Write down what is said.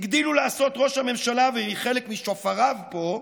הגדילו לעשות ראש הממשלה וחלק משופריו פה,